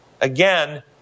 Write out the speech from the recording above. again